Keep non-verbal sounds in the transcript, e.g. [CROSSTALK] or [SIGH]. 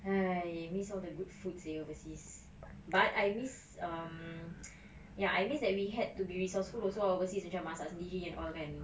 [NOISE] miss all the good food seh overseas but I miss um ya I miss that we had to be resourceful also overseas macam masak sendiri and all kan